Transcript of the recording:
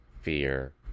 fear